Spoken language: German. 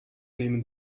nehmen